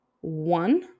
One